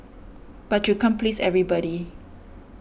but you can't please everybody